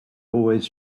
always